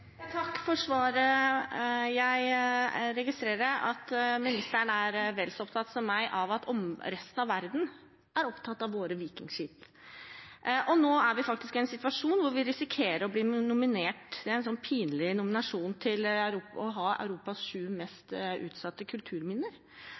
Takk for svaret. Jeg registrerer at statsråden er vel så opptatt som meg av at resten av verden er opptatt av våre vikingskip. Nå er vi faktisk i en situasjon hvor vi risikerer å bli nominert i en pinlig nominasjon